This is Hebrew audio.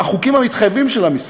החוקים המתחייבים של המשחק.